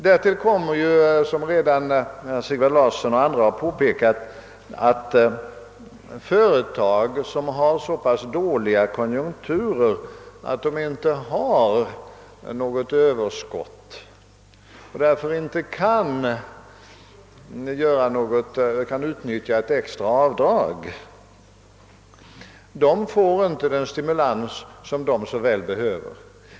Därtill kommer ju, som redan herr Larsson i Umeå och andra har påpekat, att med regeringens linje får företag i branscher som har så pass dåliga konjunkturer att företagen inte har något överskott och därför inte kan utnyttja ett extra avdrag, inte den stimulans som de så väl behöver.